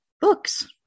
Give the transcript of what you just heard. books